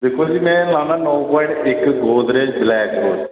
दक्खो जी में लान्ना नौ पोआइंट इक गोदरेज ब्लैक रोज